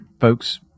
folks